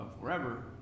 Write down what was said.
forever